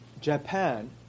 Japan